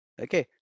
Okay